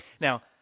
Now